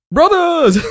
Brothers